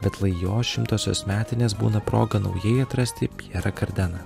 bet jo šimtosios metinės būna proga naujai atrasti pjerą kardeną